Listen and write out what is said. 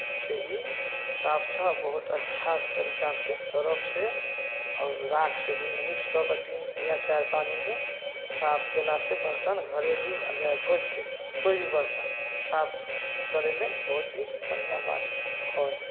से ई साफ छह बहुत अच्छा तरीकासँ सर्फसँ आओर राखसँ दुनू मिक्स कऽ कऽ तीन या चारि पानिमे साफ कयलासँ बरतन घरेलू आ चाहे भोजके कोइ भी बर्तन साफ करयमे बहुत ही बढ़िआँ बात हइ